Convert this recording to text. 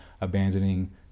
abandoning